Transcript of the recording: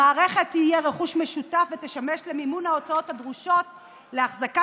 המערכת תהיה רכוש משותף ותשמש למימון ההוצאות הדרושות להחזקה